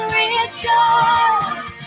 rejoice